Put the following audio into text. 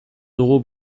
dugu